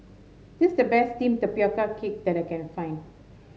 this the best steamed pioca cake that I can find